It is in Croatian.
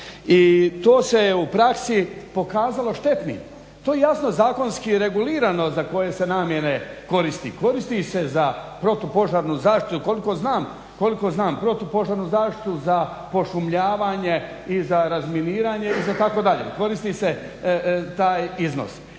i to se u praksi pokazalo štetnim, to je jasno zakonski regulirano za koje se namjene koristi. Koristi se za protupožarnu zaštitu koliko znam za pošumljavanje i za razminiranje i za tako dalje. Koristi se taj iznos.